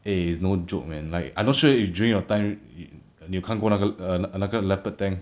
eh no joke man like I'm not sure if during your time 你有看过那个 err 那个 leopard tank